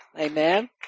Amen